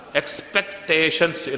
expectations